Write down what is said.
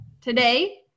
today